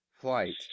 Flight